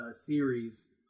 series